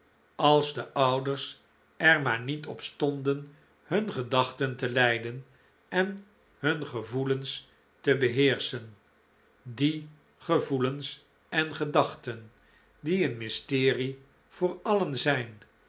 als ouders er maar niet op stonden hun gedachten te leiden en hun gevoelens te beheerschen die gevoelens en gedachten die een mysterie voor alien zijn